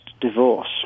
divorce